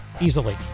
easily